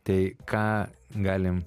tai ką galim